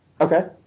Okay